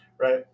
right